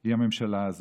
היא הממשלה הזאת.